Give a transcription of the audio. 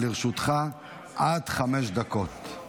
לרשותך עד חמש דקות.